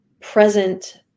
present